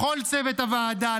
לכל צוות הוועדה,